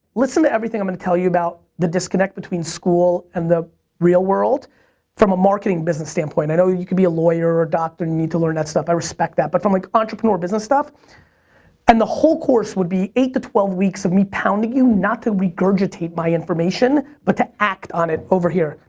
listen to everything i'm gonna tell you about the disconnect between school and the real world from a marketing business standpoint. i know you could be a lawyer or a doctor, you need to learn that stuff, i respect that, but from like entrepreneur business stuff and the whole course would be eight to twelve weeks of me pounding you not to regurgitate my information, but to act on it. over here,